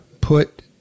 put